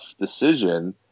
decision